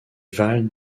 valle